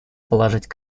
положить